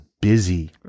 busy